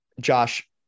Josh